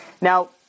Now